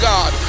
God